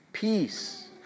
peace